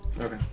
Okay